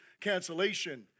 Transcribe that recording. cancellation